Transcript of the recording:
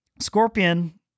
Scorpion